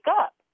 up